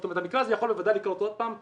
זאת אומרת המקרה הזה יכול בוודאי לקרות עוד פעם.